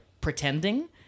pretending